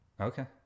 Okay